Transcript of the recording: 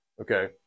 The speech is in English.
okay